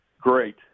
great